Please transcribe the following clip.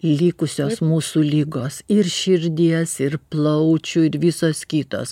likusios mūsų ligos ir širdies ir plaučių ir visos kitos